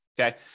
Okay